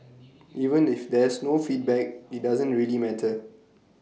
even if there's no feedback IT doesn't really matter